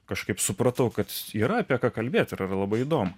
kažkaip supratau kad yra apie ką kalbėti ir yra labai įdomu